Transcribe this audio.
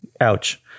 ouch